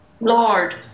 Lord